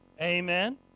Amen